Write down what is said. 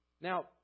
Now